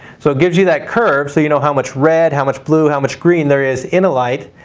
so it gives you that curve so you know how much red, how much blue, how much green, there is in a light,